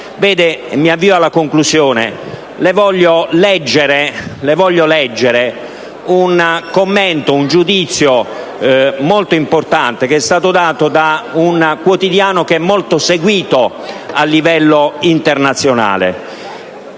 Mi avvio alla conclusione leggendo un commento, un giudizio molto importante che è stato dato da un quotidiano molto seguito a livello internazionale